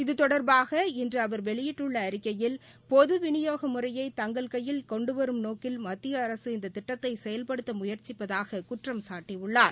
இதுதொடர்பாக இன்று அவர் வெளியிட்டுள்ள அறிக்கையில் பொது வினியோக முறையை தங்கள் கையில் கொண்டுவரும் நோக்கில் மத்திய அரசு இந்த திட்டத்தை செயல்படுத்த முயற்சிப்பதாக குற்றம் சாட்டியுள்ளார்